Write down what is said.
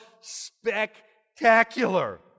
spectacular